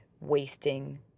wasting